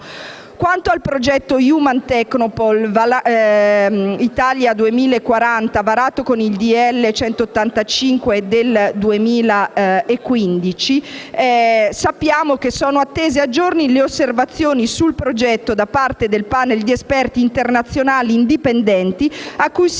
Quanto al progetto Human Technopole Italia 2040, varato con il decreto-legge n. 185 del 2015, sappiamo che sono attese a giorni le osservazioni sul progetto da parte del *panel* di esperti internazionali indipendenti, a cui si è rivolto il Ministero